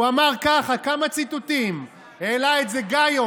הוא אמר כך, כמה ציטוטים, העלה את זה גאיוס